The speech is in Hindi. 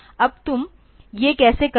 अब तुम ये कैसे करते हो